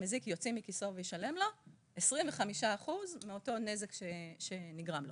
המזיק יוצא מכיסו וישלם לו 25 אחוזים מאותו נזק שנגרם לו.